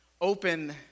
open